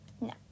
No